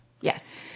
Yes